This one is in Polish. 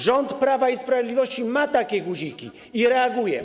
Rząd Prawa i Sprawiedliwości ma takie guziki i reaguje.